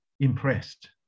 impressed